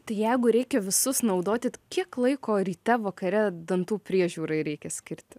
tai jeigu reikia visus naudoti kiek laiko ryte vakare dantų priežiūrai reikia skirti